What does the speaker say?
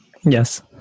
yes